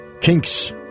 Kinks